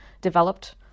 developed